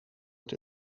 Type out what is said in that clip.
het